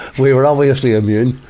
we were obviously immune.